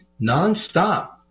nonstop